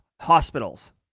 hospitals